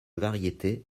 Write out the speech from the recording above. variété